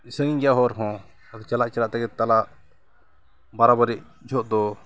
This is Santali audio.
ᱥᱟᱺᱜᱤᱧ ᱜᱮᱭᱟ ᱦᱚᱨ ᱦᱚᱸ ᱟᱫᱚ ᱪᱟᱞᱟᱜ ᱪᱟᱞᱟᱜ ᱛᱮᱜᱮ ᱛᱟᱞᱟ ᱵᱟᱨᱟ ᱵᱟᱨᱤ ᱡᱚᱦᱚᱜ ᱫᱚ